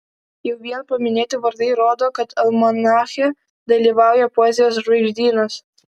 jau vien paminėti vardai rodo kad almanache dalyvauja poezijos žvaigždynas